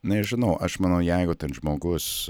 nežinau aš manau jeigu ten žmogus